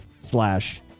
slash